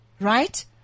Right